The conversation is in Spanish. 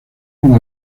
como